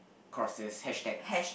crosses hashtags